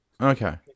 Okay